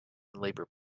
labour